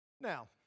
Now